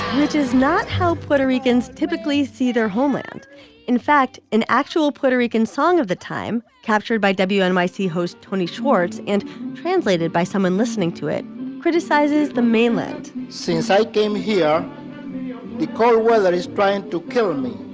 which is not how puerto ricans typically see their homeland in fact an actual puerto rican song of the time captured by but and wnyc host tony schwartz and translated by someone listening to it criticizes the mainland since i came here the go whether is trying to kill me.